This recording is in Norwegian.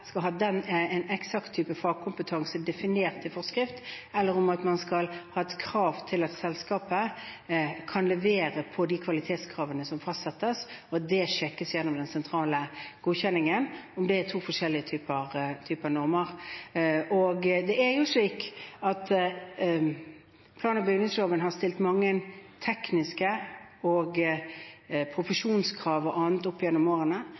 skal ha en eksakt type fagkompetanse definert i forskrift, eller om man skal ha et krav til at selskapet kan levere på kvalitetskravene som fastsettes, det sjekkes gjennom den sentrale godkjenningen – og om det er to forskjellige typer normer. Plan- og bygningsloven har stilt mange tekniske krav, profesjonskrav o.a. opp gjennom årene